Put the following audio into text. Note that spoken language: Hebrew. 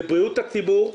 זה בריאות הציבור,